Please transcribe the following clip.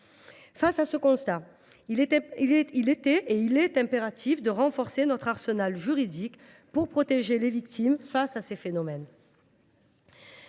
Face à ce constat, il est impératif de renforcer notre arsenal juridique pour protéger les victimes face à ces phénomènes.